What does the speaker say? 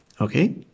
Okay